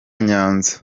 nyanza